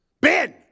Ben